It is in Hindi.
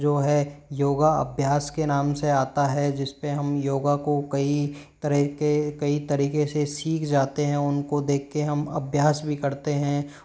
जो है योगा अभ्यास के नाम से आता है जिस पर हम योगा को कई तरह के कई तरीके से सीख जाते है उनको देख के हम अभ्यास भी करते हैं